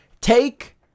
Take